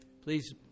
Please